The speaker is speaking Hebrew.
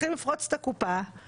מתחילים לפרוץ את הקופה.